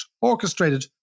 orchestrated